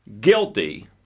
guilty